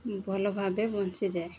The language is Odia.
ଭଲ ଭାବେ ବଞ୍ଚିଯାଏ